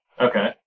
Okay